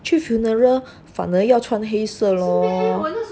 去 funeral 反而要穿黑色 lor